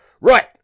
right